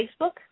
Facebook